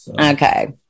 Okay